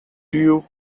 duke